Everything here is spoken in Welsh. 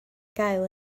gael